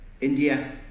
India